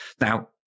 Now